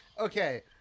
okay